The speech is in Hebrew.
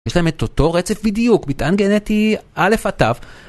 יש להם את אותו רצף בדיוק, מטען גנטי א'- ת'